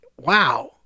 wow